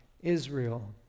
Israel